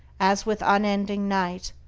as with unending night,